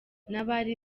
n’abari